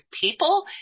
people